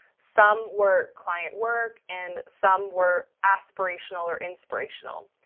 some were client work and some were aspirational or inspirational.